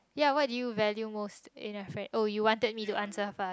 ya what did you value most in a friend or you wanted me to answer first